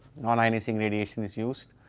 non-ionising radiation is used.